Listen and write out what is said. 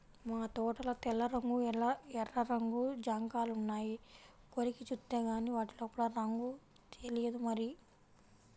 మా తోటలో తెల్ల రంగు, ఎర్ర రంగు జాంకాయలున్నాయి, కొరికి జూత్తేగానీ వాటి లోపల రంగు తెలియదు మరి